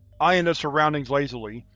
eyeing the surroundings lazily,